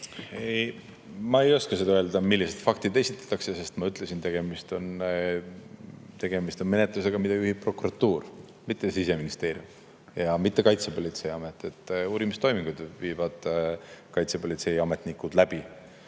Ma ei oska öelda, millised faktid esitatakse, sest nagu ma ütlesin, tegemist on menetlusega, mida juhib prokuratuur, mitte Siseministeerium ja mitte Kaitsepolitseiamet. Uurimistoiminguid viivad läbi kaitsepolitsei ametnikud.